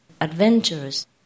adventurous